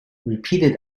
repeated